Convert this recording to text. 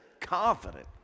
confident